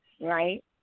right